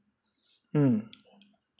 mm